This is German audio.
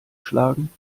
schlagen